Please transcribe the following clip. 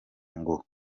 ngo